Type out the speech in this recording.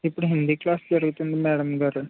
ఇప్పుడు హిందీ క్లాసు జరుగుతుంది మేడం గారు